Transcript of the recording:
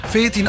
14